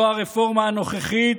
לא הרפורמה הנוכחית,